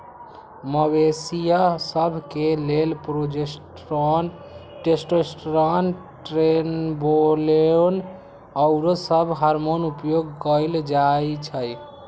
मवेशिय सभ के लेल प्रोजेस्टेरोन, टेस्टोस्टेरोन, ट्रेनबोलोन आउरो सभ हार्मोन उपयोग कयल जाइ छइ